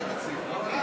בבקשה.